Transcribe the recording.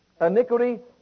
Iniquity